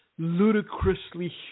ludicrously